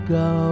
go